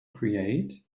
create